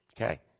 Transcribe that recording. Okay